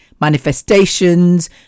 manifestations